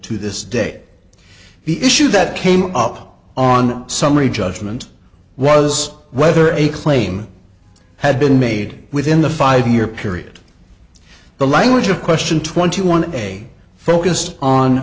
to this day the issue that came up on summary judgment was whether a claim had been made within the five year period the language of question twenty one day focused on